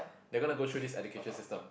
they're gonna go through this education system